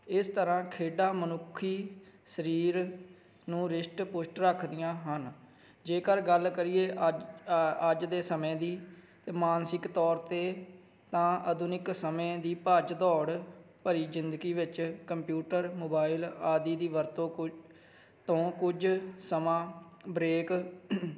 ਇਸ ਤਰ੍ਹਾਂ ਖੇਡਾਂ ਮਨੁੱਖੀ ਸਰੀਰ ਨੂੰ ਰਿਸ਼ਟ ਪੁਸ਼ਟ ਰੱਖਦੀਆਂ ਹਨ ਜੇਕਰ ਗੱਲ ਕਰੀਏ ਅਜ ਅ ਅੱਜ ਦੇ ਸਮੇਂ ਦੀ ਤਾਂ ਮਾਨਸਿਕ ਤੌਰ 'ਤੇ ਤਾਂ ਆਧੁਨਿਕ ਸਮੇਂ ਦੀ ਭੱਜ ਦੌੜ ਭਰੀ ਜ਼ਿੰਦਗੀ ਵਿੱਚ ਕੰਪਿਊਟਰ ਮੋਬਾਈਲ ਆਦਿ ਦੀ ਵਰਤੋਂ ਕੋਈ ਤੋਂ ਕੁਝ ਸਮਾਂ ਬਰੇਕ